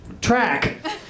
track